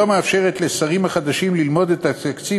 שלא מאפשרת לשרים החדשים ללמוד את התקציב